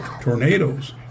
tornadoes